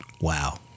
Wow